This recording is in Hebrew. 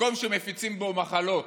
מקום שמפיצים בו מחלות.